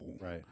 Right